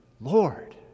Lord